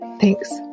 Thanks